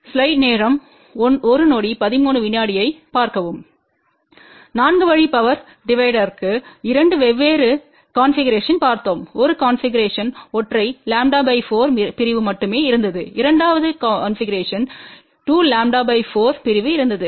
4 வழி பவர் டிவைடருக்கு இரண்டு வெவ்வேறு கன்பிகுரேஷன்களைப் பார்த்தோம் ஒரு கன்பிகுரேஷன்வு ஒற்றைλ 4 பிரிவுமட்டுமே இருந்தது இரண்டாவது கன்பிகுரேஷன்வில் 2λ 4 பிரிவு இருந்தது